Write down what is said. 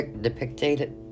depicted